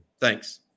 Thanks